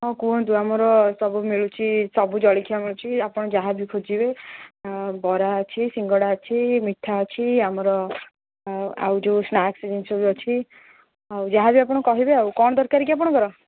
ହଁ କୁହନ୍ତୁ ଆମର ସବୁ ମିଳୁଛିି ସବୁ ଜଳଖିଆ ମିଳୁଛି ଆପଣ ଯାହାବି ଖୋଜିବେ ବରା ଅଛି ସିଙ୍ଗଡ଼ା ଅଛି ମିଠା ଅଛି ଆମର ଆଉ ଯେଉଁ ସ୍ନାକ୍ସ ଜିନିଷ ବି ଅଛି ଆଉ ଯାହାବି ଆପଣ କହିବେ ଆଉ କ'ଣ ଦରକାର କି ଆପଣଙ୍କର